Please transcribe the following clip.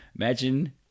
Imagine